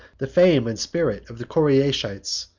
the fame and spirit of the koreishites,